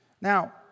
Now